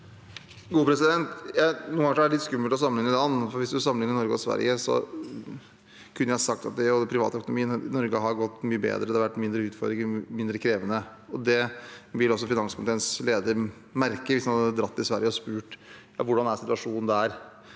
ganger er det litt skummelt å sammenligne land, for hvis man sammenligner Norge og Sverige, kunne jeg ha sagt at privatøkonomien i Norge har gått mye bedre, det har vært mindre utfordringer, mindre krevende. Det ville også finanskomiteens leder merke hvis han hadde dratt til Sverige og spurt hvordan situasjonen er